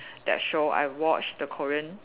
that show I watch the Korean